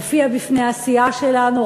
הוא הופיע בפני הסיעה שלנו,